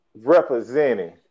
representing